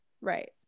right